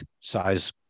size